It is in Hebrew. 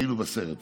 היינו בסרט הזה,